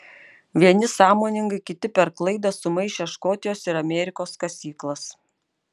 vieni sąmoningai kiti per klaidą sumaišę škotijos ir amerikos kasyklas